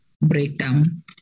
breakdown